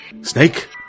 Snake